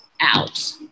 out